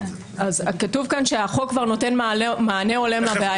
כתוב כאן שהחוק כבר נותן מענה הולם לבעיה.